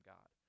God